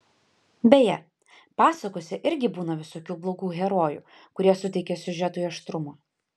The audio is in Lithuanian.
beje pasakose irgi būna visokių blogų herojų kurie suteikia siužetui aštrumo